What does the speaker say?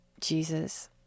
Jesus